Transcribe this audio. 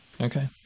Okay